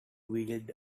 wields